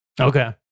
Okay